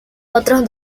otros